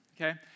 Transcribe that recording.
okay